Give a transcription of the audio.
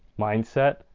mindset